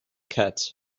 cats